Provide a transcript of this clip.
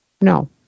No